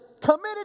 committed